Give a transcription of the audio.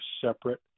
separate